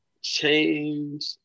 change